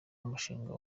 umushinga